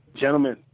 Gentlemen